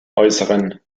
äußeren